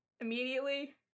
immediately